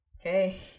Okay